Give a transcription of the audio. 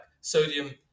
sodium